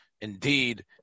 indeed